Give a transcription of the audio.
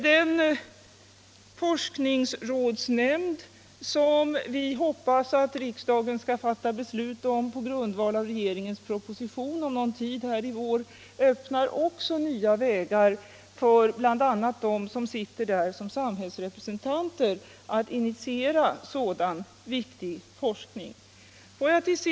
Den forskningsrådsnämnd som vi hoppas att riksdagen skall fatta beslut om på grundval av regeringens proposition i vår öppnar också nya vägar, bl.a. för dem som sitter i nämnden som samhällets representanter, att initiera sådan viktig forskning. Herr talman!